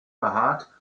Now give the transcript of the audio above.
behaart